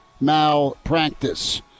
malpractice